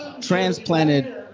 transplanted